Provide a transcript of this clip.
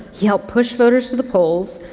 he helped push voters to the polls.